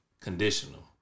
conditional